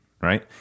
Right